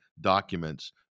documents